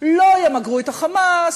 לא ימגרו את ה"חמאס",